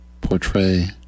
portray